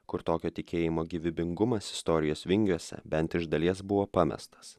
kur tokio tikėjimo gyvybingumas istorijos vingiuose bent iš dalies buvo pamestas